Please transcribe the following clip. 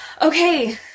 Okay